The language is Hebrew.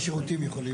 כל הדברים הרלוונטיים,